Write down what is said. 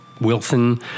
Wilson